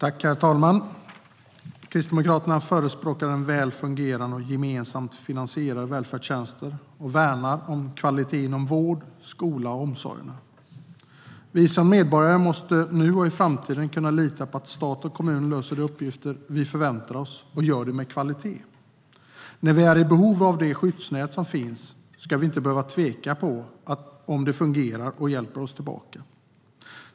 Herr talman! Kristdemokraterna förespråkar väl fungerande och gemensamt finansierade välfärdstjänster och värnar om kvaliteten inom vården, skolan och omsorgerna. Vi som medborgare måste nu och i framtiden kunna lita på att stat och kommun löser de uppgifter vi förväntar oss och gör det med kvalitet. När vi är i behov av det skyddsnät som finns ska vi inte behöva tveka om ifall det fungerar och hjälper oss tillbaka.